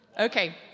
Okay